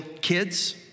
kids